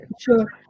sure